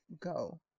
go